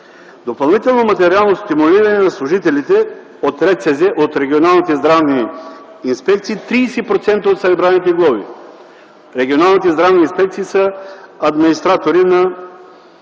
„Допълнително материално стимулиране на служителите от Регионалните здравни инспекции – 30% от събраните глоби. Регионалните здравни инспекции са администратори на